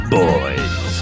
boys